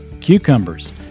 cucumbers